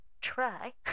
try